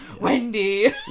Wendy